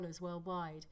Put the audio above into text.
worldwide